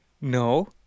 No